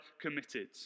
committed